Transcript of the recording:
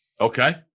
okay